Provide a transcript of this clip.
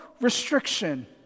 restriction